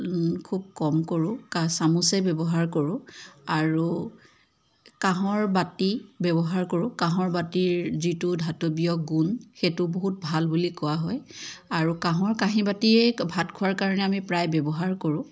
খুব কম কৰোঁ কা চামুচে ব্যৱহাৰ কৰোঁ আৰু কাঁহৰ বাতি ব্যৱহাৰ কৰোঁ কাঁহৰ বাতিৰ যিটো ধাতৱীয় গুণ সেইটো বহুত ভাল বুলি কোৱা হয় আৰু কাঁহৰ কাঁহী বাতিয়েই আমি ভাত খোৱাৰ কাৰণে ব্যৱহাৰ কৰোঁ